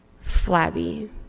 flabby